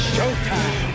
Showtime